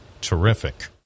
terrific